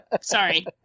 sorry